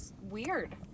weird